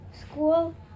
School